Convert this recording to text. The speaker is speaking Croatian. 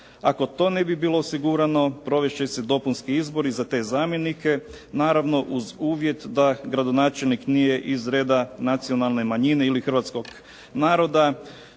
Ako to ne bi bilo osigurano, provest će se dopunski izbori za te zamjenike naravno uz uvjet da gradonačelnik nije iz reda nacionalne manjine ili hrvatskog naroda